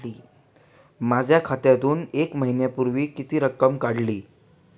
माझ्या खात्यातून एक महिन्यापूर्वी किती रक्कम काढली?